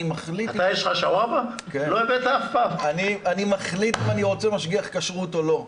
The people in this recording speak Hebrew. אני מחליט אם אני רוצה משגיח כשרות או לא.